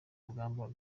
rugamba